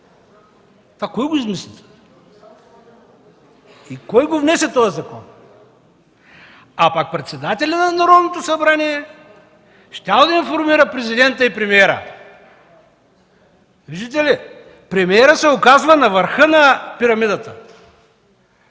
Това кой го измисли? И кой го внесе този закон? А пък председателят на Народното събрание щял да информира президента и премиера. Виждате ли – премиерът се оказва на върха на пирамидата.